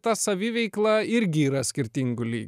ta saviveikla irgi yra skirtingų lyg